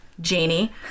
Janie